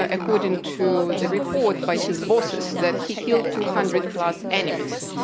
ah according to the report by his bosses, that he killed two hundred plus enemies.